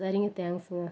சரிங்க தேங்க்ஸ்ங்க